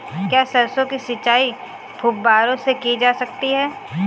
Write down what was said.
क्या सरसों की सिंचाई फुब्बारों से की जा सकती है?